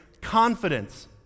confidence